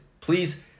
please